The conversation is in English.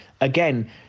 again